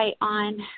on